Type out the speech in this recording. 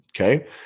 Okay